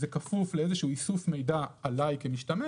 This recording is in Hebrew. זה כפוף לאיזשהו איסוף מידע עלי כמשתמש